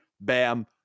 Bam